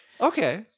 Okay